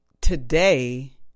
Today